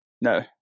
No